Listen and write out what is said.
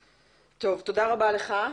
טוב, תודה רבה לך.